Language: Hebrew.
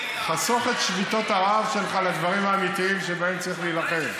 חסוך את שביתות הרעב שלך לדברים האמיתיים שבהם צריך להילחם.